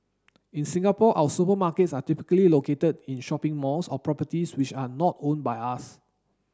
in Singapore our supermarkets are typically located in shopping malls or properties which are not owned by us